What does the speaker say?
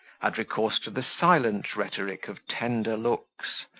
had recourse to the silent rhetoric of tender looks,